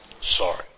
sorry